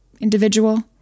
individual